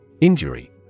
Injury